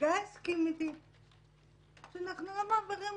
וגיא הסכים איתי שאנחנו לא מעבירים